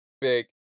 big